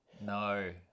No